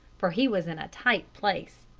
for he was in a tight place.